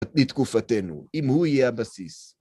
לתקופתנו, אם הוא יהיה הבסיס.